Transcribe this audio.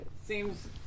seems